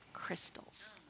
crystals